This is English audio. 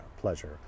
pleasure